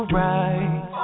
right